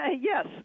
Yes